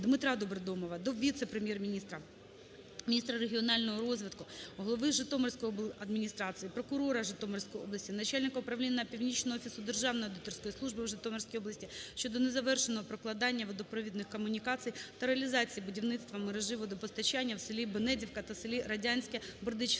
ДмитраДобродомова до віце-прем’єр-міністра - міністра регіонального розвитку, голови Житомирської обладміністрації, прокурора Житомирської області, начальника Управління Північного офісу Державної аудиторської служби у Житомирській області щодо незавершеного прокладання водопровідних комунікацій та реалізації будівництва мережі водопостачання в селі Бенедівка та селі Радянське Бердичівського